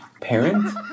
Parent